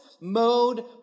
mode